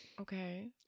Okay